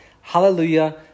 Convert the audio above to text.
Hallelujah